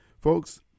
folks